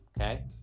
okay